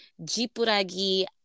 Jipuragi